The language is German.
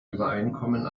übereinkommen